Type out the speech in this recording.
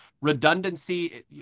redundancy